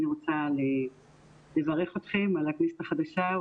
אני רוצה לברך אתכם על הכנסת החדשה,